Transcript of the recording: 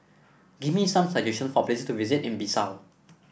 give me some suggestion for place to visit in Bissau